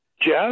Jeff